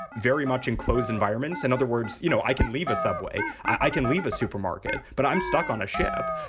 very much enclosed environments. in and other words, you know, i can leave a subway, i can leave a supermarket, but i'm stuck on a ship.